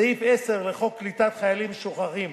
סעיף 10 לחוק קליטת חיילים משוחררים,